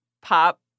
pop